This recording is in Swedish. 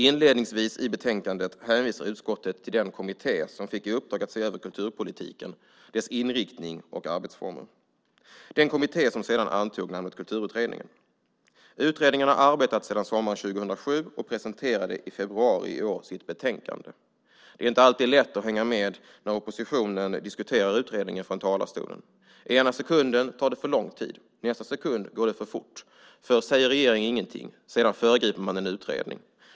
Inledningsvis i betänkandet hänvisar utskottet till den kommitté som fick i uppdrag att se över kulturpolitiken, dess inriktning och arbetsformer, den kommitté som sedan antog namnet Kulturutredningen. Utredningen har arbetat sedan sommaren 2007 och presenterade i februari i år sitt betänkande. Det är inte alltid lätt att hänga med när oppositionen diskuterar utredningen från talarstolen. Ena sekunden tar det för lång tid, i nästa sekund går det för fort. Först säger regeringen ingenting, sedan föregriper man en utredning.